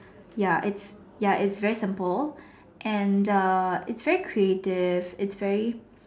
ya it's ya it's very simple and a it's very creative it's very